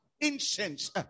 incense